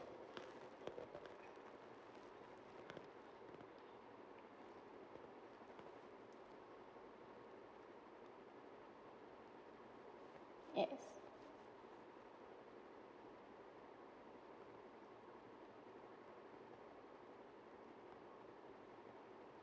yes